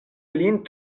lin